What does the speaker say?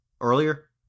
Earlier